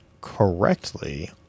correctly